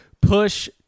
push